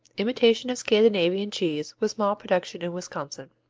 imitation of scandinavian cheese, with small production in wisconsin.